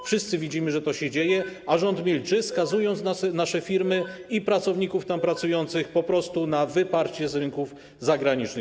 Wszyscy widzimy, że to się dzieje, a rząd milczy, skazując nasze firmy i pracowników tam pracujących po prostu na wyparcie z rynków zagranicznych.